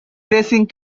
racing